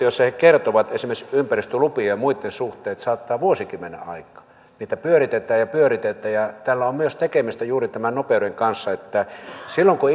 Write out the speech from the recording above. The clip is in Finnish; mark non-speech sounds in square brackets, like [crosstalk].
[unintelligible] joissa he kertovat esimerkiksi ympäristölupien ja muitten suhteen että saattaa vuosikin mennä aikaa niitä pyöritetään ja pyöritetään ja tällä on myös tekemistä juuri tämän nopeuden kanssa että silloin kun [unintelligible]